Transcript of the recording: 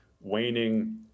waning